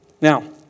Now